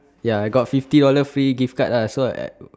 ya I got fifty dollar free gift card lah so I add